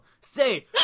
Say